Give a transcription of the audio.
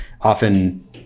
often